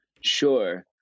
Sure